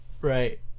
Right